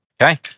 Okay